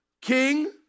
King